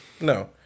No